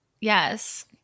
Yes